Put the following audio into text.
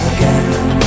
Again